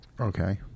Okay